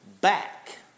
back